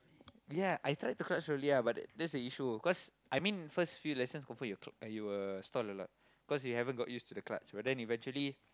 yeah I tried to clutch slowly ah but that's the issue cause I mean first few lesson confirm you will stall a lot because you haven't get use to the clutch but then eventually